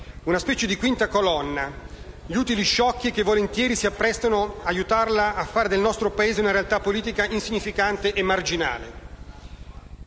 una specie di quinta colonna, gli utili sciocchi che volentieri si prestano ad aiutarle a fare del nostro Paese una realtà politica insignificante e marginale.